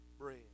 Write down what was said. bread